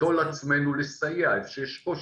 וניטול לעצמו לסייע איפה שיש קושי,